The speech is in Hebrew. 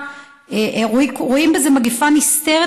רואים בזה מגפה נסתרת,